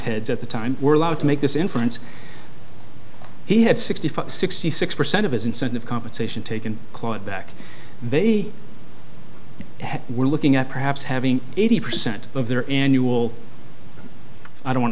head at the time were allowed to make this inference he had sixty five sixty six percent of his incentive compensation taken clawed back they were looking at perhaps having eighty percent of their annual i don't